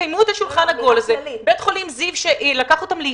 תקיימו את השולחן העגול הזה.